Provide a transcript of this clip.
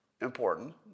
important